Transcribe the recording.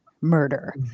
murder